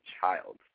child